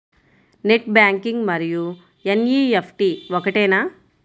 Net banking మరియు NEFT ఒకటేనా?